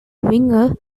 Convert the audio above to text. winger